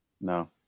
No